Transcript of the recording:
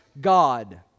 God